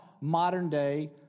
modern-day